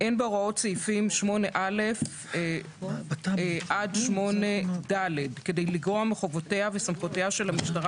אין בהוראות סעיפים 8א עד 8ד כדי לגרוע מחובותיה וסמכויותיה של המשטרה